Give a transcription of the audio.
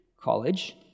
College